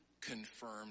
confirmed